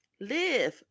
Live